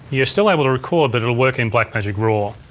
you're still able to record but it'll work in blackmagic raw,